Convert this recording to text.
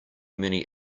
many